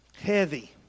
Heavy